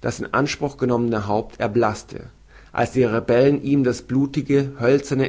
das in anspruch genommene haupt erblaßte als die rebellen ihm das blutige hölzerne